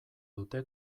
dute